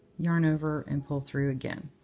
yarn over, and pull through again.